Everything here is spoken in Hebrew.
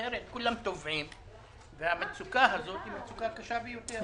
אחרת כולם טובעים והמצוקה הזאת היא מצוקה קשה ביותר.